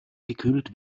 gekühlt